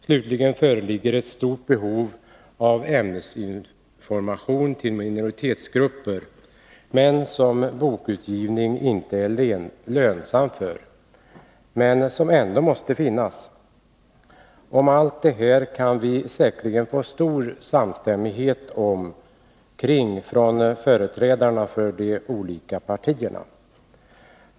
Slutligen föreligger ett stort behov av ämnesinformation till minoritetsgrupper. Den är inte lönsam för bokutgivning, men måste ändå finnas. Om allt det här kan vi säkerligen få stor samstämmighet från företrädare för de olika partierna.